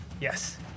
Yes